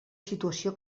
situació